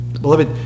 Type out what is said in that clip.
Beloved